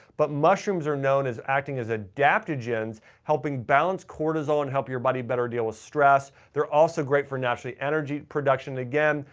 but mushrooms are known as acting as adaptogens helping balance cortisol and help your body better deal with ah stress, they're also great for naturally energy production. again,